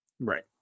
Right